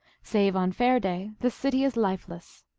save on fair-day, the city is lifeless.